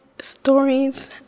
stories